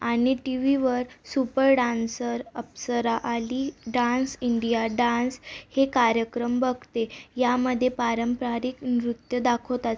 आणि टी व्हीवर super dancer Apsara Aali dance India dance हे कार्यक्रम बघते यामध्ये पारंपरिक नृत्य दाखवतात